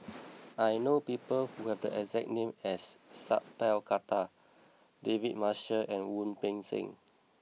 I know people who have the exact name as Sat Pal Khattar David Marshall and Wu Peng Seng